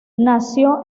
nació